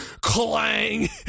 clang